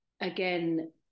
again